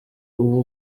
uwo